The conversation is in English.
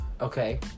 Okay